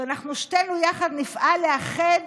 שאנחנו שתינו יחד נפעל לאחד